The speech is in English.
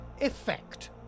EFFECT